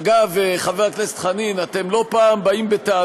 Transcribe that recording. אגב, חבר הכנסת חנין, אתם לא פעם באים בטענות